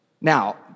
now